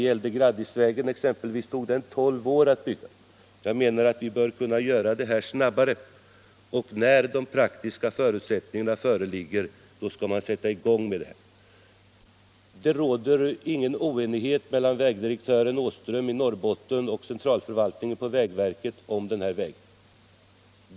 Graddisvägen tog exempelvis tolv år att bygga. Jag menar att vi bör kunna genomföra detta projekt snabbare. När de praktiska förutsättningarna föreligger skall man sätta i gång med det. Det råder ingen oenighet mellan vägdirektör Åström i Norrbotten och vägverkets centralförvaltning om denna väg.